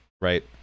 right